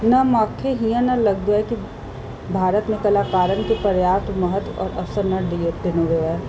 न मूंखे हीअं न लॻंदो आहे की भारत में कलाकारनि खे पर्याप्त महत्व असुलु न ॾिनो वयो आहे